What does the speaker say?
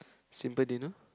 simple dinner